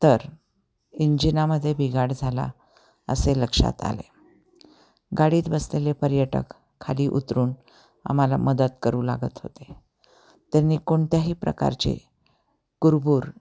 तर इंजिनामध्ये बिघाड झाला असे लक्षात आले गाडीत बसलेले पर्यटक खाली उतरून आम्हाला मदत करू लागत होते त्यांनी कोणत्याही प्रकारचे कुरबूर